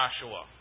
Joshua